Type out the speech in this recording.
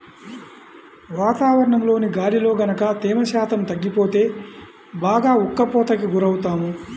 వాతావరణంలోని గాలిలో గనక తేమ శాతం తగ్గిపోతే బాగా ఉక్కపోతకి గురవుతాము